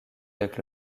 avec